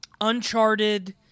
Uncharted